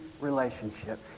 relationship